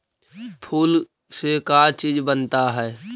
फूल से का चीज बनता है?